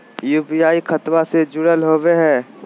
UPI खतबा से जुरल होवे हय?